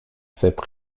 cette